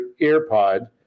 AirPod